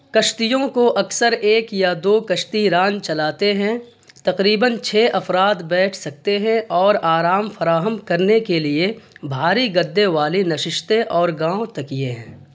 کشتیوں کو اکثر ایک یا دو کشتی ران چلاتے ہیں تقریباً چھ افراد بیٹھ سکتے ہیں اور آرام فراہم کرنے کے لیے بھاری گدے والی نششتیں اور گاؤ تکیے ہیں